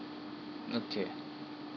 okay